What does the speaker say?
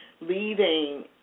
leading